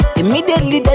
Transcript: immediately